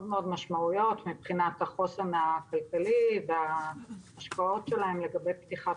משמעותיות מבחינת החוסן הכלכלי וההשקעות שלהן לגבי פתיחת